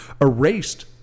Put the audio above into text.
erased